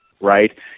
right